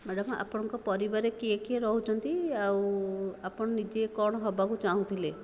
madam ଆପଣଙ୍କ ପରିବାରରେ କିଏ କିଏ ରହୁଛନ୍ତି ଆଉ ଆପଣ ନିଜେ କ'ଣ ହେବାକୁ ଚାହୁଁଥିଲେ